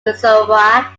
reservoir